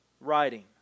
writing